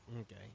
Okay